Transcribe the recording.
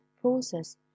process